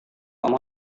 kamu